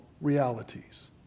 realities